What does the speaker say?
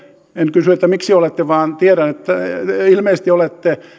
en kysy miksi olette vaan tiedän että ilmeisesti olette